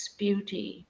beauty